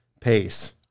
pace